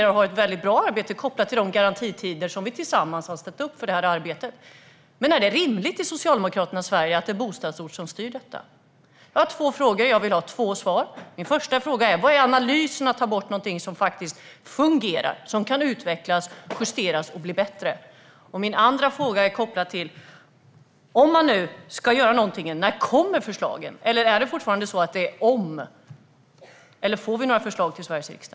Där har man ett väldigt bra arbete kopplat till de garantitider som vi tillsammans har ställt upp för det här arbetet. Men är det rimligt att det är bostadsorten som styr detta i Socialdemokraternas Sverige? Jag har två frågor, och jag vill ha två svar. Min första fråga är: Vilken är analysen bakom att ta bort någonting som faktiskt fungerar och som kan utvecklas, justeras och bli bättre? Min andra fråga är: Om man nu ska göra någonting, när kommer förslagen? Eller är det fortfarande så att vi ska fråga oss om det kommer några förslag? Får vi några förslag till Sveriges riksdag?